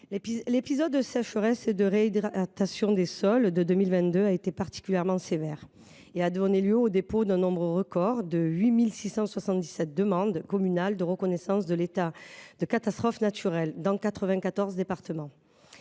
L’épisode de sécheresse et de réhydratation des sols de 2022 a été particulièrement sévère et a donné lieu au dépôt d’un nombre record de demandes communales de reconnaissance de l’état de catastrophe naturelle – il y en